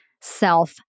self